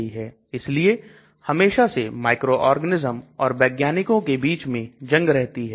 इसलिए हमेशा से माइक्रोऑर्गेनाइज्म और वैज्ञानिकों के बीच में जंग रहती है